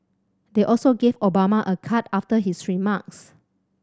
they also gave Obama a card after his remarks